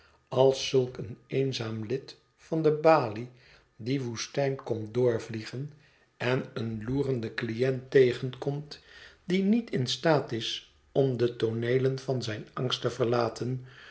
als zulk een eenzaam lid van de balie die woestijn komt doorvliegen en een loerenden cliënt tegenkomt die niet in staat is om de tooneelen van zijn angst te verlaten